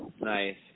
Nice